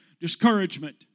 discouragement